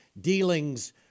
dealings